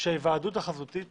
שההיוועדות החזותית